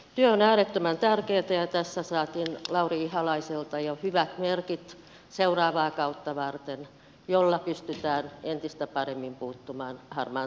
työ on äärettömän tärkeätä ja tässä saatiin lauri ihalaiselta jo hyvät merkit seuraavaa kautta varten joilla pystytään entistä paremmin puuttumaan harmaan talouden ikeeseen